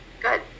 Good